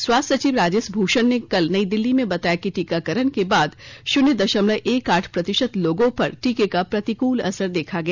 स्वास्थ्य सचिव राजेश भूषण ने कल नई दिल्ली में बताया कि टीकाकरण के बाद शून्य दशमलव एक आठ प्रतिशत लोगों पर टीके का प्रतिकूल असर देखा गया